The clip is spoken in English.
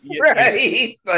right